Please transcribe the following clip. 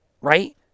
right